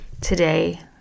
Today